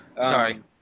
Sorry